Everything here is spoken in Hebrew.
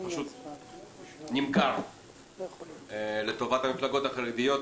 פשוט נמכר לטובת המפלגות החרדיות,